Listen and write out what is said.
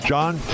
John